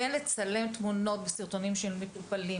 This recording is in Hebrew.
ואין לצלם תמונות של מטופלים,